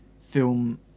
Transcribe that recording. film